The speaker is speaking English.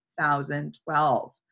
2012